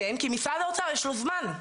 כן, כי משרד האוצר יש לו זמן.